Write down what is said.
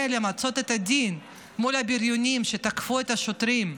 למצות את הדין מול הבריונים שתקפו את השוטרים,